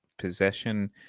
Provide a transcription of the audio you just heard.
possession